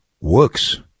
works